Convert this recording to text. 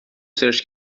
سرچ